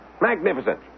Magnificent